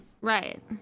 Right